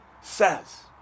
says